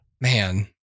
man